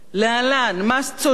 להלן מס צודק: